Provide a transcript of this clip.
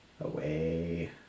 away